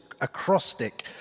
acrostic